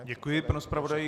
Děkuji panu zpravodaji.